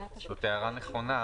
זאת הערה נכונה